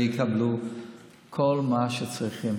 ויקבלו כל מה שצריכים.